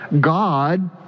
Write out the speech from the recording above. God